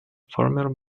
former